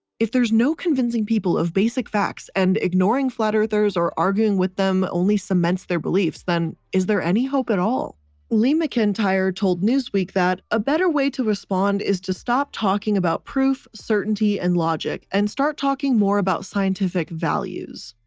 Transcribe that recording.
if there's no convincing people of basic facts and ignoring flat-earthers or arguing with them only cements their beliefs, then is there any hope at all? lee mcintyre told newsweek that a better way to respond is to stop talking about proof, certainty and logic and start talking more about scientific values.